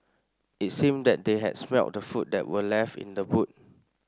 it seemed that they had smelt the food that were left in the boot